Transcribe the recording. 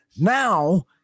now